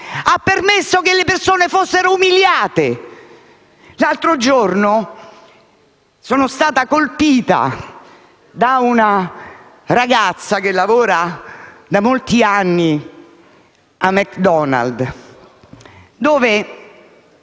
ha permesso che le persone fossero umiliate. L'altro giorno sono stata colpita dal racconto di una ragazza che lavora da molti anni a un ristorante